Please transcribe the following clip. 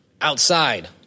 outside